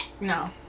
no